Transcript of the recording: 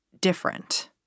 different